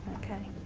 ok.